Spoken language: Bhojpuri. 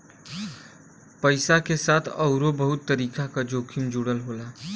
पइसा के साथ आउरो बहुत तरीके क जोखिम जुड़ल होला